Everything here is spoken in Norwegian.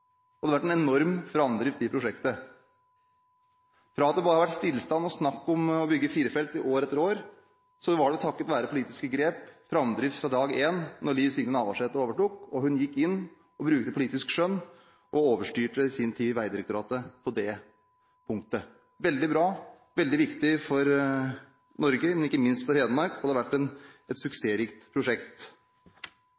og det har vært en enorm framdrift i prosjektet. Fra at det bare har vært stillstand og snakk om å bygge firefelts E6 i år etter år, var det takket være politiske grep framdrift fra dag én da statsråd Liv Signe Navarsete overtok. Hun gikk inn, brukte politisk skjønn og overstyrte i sin tid Vegdirektoratet på det punktet. Det er veldig bra. Det er veldig viktig for Norge, ikke minst for Hedmark, og det har vært et